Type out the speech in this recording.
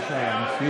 מה קרה לאלי אבידר?